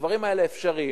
הדברים האלה אפשריים,